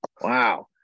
Wow